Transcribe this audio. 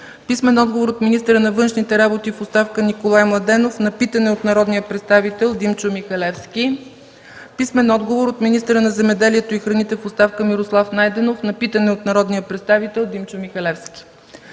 Михалевски; - министъра на външните работи в оставка Николай Младенов на питане от народния представител Димчо Михалевски; - министъра на земеделието и храните в оставка Мирослав Найденов на питане от народния представител Димчо Михалевски;